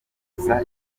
gusa